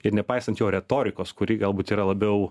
ir nepaisant jo retorikos kuri galbūt yra labiau